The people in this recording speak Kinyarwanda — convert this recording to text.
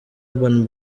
urban